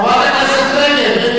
חברת הכנסת רגב, אין קריאות ביניים.